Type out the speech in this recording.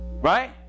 right